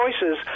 choices